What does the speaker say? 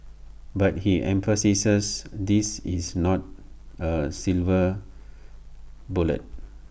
but he emphasises this is not A silver bullet